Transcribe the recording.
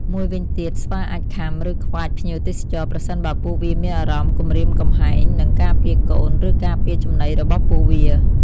មួយវិញទៀត ស្វាអាចខាំ ឬខ្វាចភ្ញៀវទេសចរ ប្រសិនបើពួកវាមានអារម្មណ៍គំរាមកំហែង និងការពារកូន ឬការពារចំណីរបស់ពួកវា។